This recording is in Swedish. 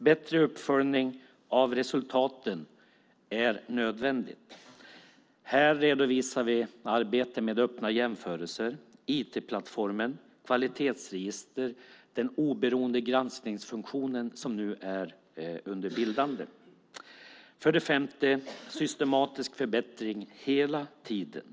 Bättre uppföljning av resultaten är nödvändigt. Här redovisar vi arbete med öppna jämförelser, IT-plattformen, kvalitetsregister och den oberoende granskningsfunktion som nu är under bildande. 5. Systematisk förbättring hela tiden.